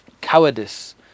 cowardice